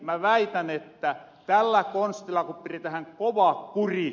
mä väitän että tällä konstilla piretähän kova kuri